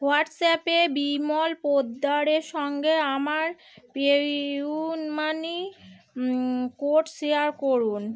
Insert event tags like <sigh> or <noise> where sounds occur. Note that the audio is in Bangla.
হোয়াটসঅ্যাপে বিমল পোদ্দারে সঙ্গে আমার <unintelligible> মানি কোড শেয়ার করুন